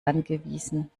angewiesen